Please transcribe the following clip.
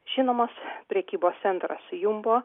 žinomas prekybos centras jumbo